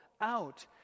out